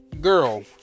girl